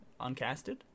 Uncasted